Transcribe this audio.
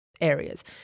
areas